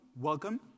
welcome